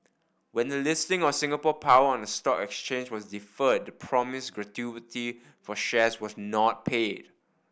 when the listing of Singapore Power on the stock exchange was deferred the promised gratuity for shares was not paid